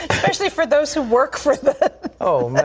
especially for those who work for oh, man.